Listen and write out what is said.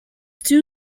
two